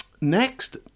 Next